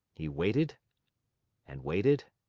he waited and waited